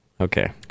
Okay